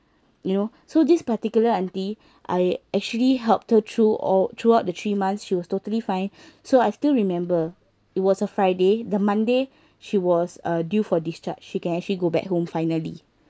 you know so this particular auntie I actually helped her through all throughout the three months she was totally fine so I still remember it was a friday the monday she was uh due for discharge she can actually go back home finally